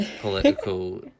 political